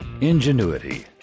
ingenuity